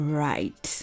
right